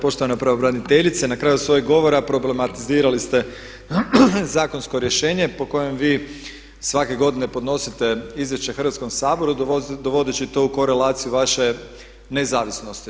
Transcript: Poštovana pravobraniteljice na kraju svojeg govora problematizirali ste zakonsko rješenje po kojem vi svake godine podnosite izvješće Hrvatskom saboru dovodeći to u korelaciju vaše nezavisnosti.